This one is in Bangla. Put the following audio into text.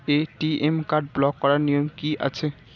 এ.টি.এম কার্ড ব্লক করার নিয়ম কি আছে?